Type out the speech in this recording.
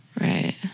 Right